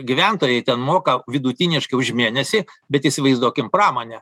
gyventojai ten moka vidutiniškai už mėnesį bet įsivaizduokim pramonę